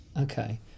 okay